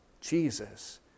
Jesus